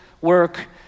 work